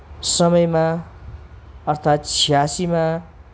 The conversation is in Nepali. समयमा अर्थात छयासीमा